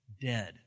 dead